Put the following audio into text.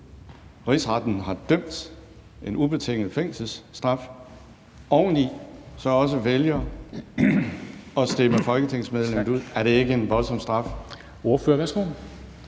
Rigsretten har dømt en ubetinget fængselsstraf – så oveni også vælger at stemme et folketingsmedlem ud? Er det ikke en voldsom straf? Kl. 13:37 Formanden